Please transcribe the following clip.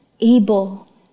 able